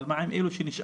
אבל מה עם אלו שנשארים